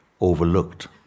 overlooked